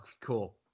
cool